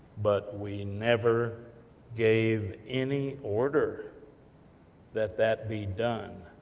but we never gave any order that that be done.